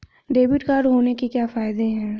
Debit card होने के क्या फायदे हैं?